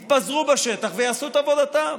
יתפזרו בשטח ויעשו את עבודתם.